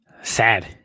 sad